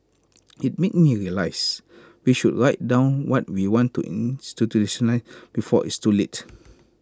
IT made me realise we should write down what we want to before it's too late